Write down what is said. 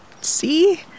see